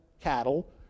cattle